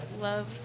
love